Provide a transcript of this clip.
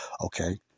Okay